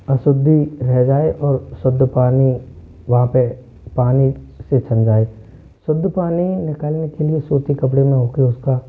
अशुद्धि रह जाए और शुद्ध पानी वहाँ पे पानी से छन जाए शुद्ध पानी निकालने के लिए सूती कपड़े में हो के उसका